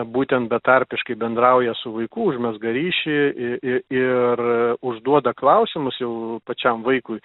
būtent betarpiškai bendrauja su vaiku užmezga ryšį i i ir užduoda klausimus jau pačiam vaikui